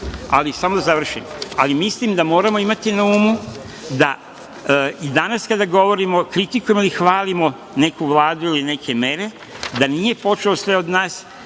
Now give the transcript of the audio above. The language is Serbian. upirem prstom, ali mislim da moramo imati na umu da i danas kada govorimo, kritikujemo ili hvalimo neku vladu ili neke mere, da nije počelo sve od nas,